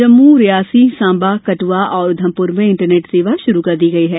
जम्म रेयासी सांबा कट्आ और उधमपुर में इंटरनेट सेवा शुरू की गई है